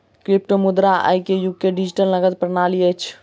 क्रिप्टोमुद्रा आई के युग के डिजिटल नकद प्रणाली अछि